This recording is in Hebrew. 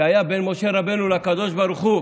שהיה בין משה רבנו לקדוש ברוך הוא,